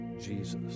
Jesus